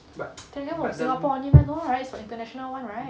telegram in singapore only meh no right it's international right